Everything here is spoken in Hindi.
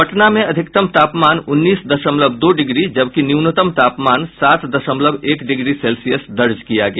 पटना में अधिकतम तापमान उन्नीस दशमलव दो डिग्री जबकि न्यूनतम तापमान सात दशमलव एक डिग्री सेल्सियस दर्ज किया गया